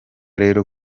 rero